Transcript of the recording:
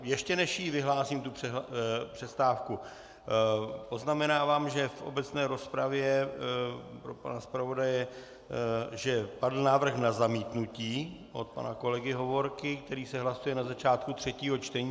Ještě než vyhlásím přestávku, poznamenávám, že v obecné rozpravě pro pana zpravodaje padl návrh na zamítnutí od pana kolegy Hovorky, který se hlasuje na začátku třetího čtení.